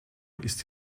ist